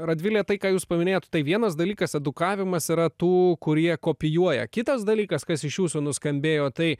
radvile tai ką jūs paminėjot tai vienas dalykas edukavimas yra tų kurie kopijuoja kitas dalykas kas iš jūsų nuskambėjo tai